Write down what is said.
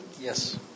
Yes